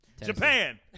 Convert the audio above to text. Japan